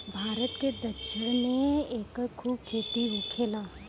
भारत के दक्षिण में एकर खूब खेती होखेला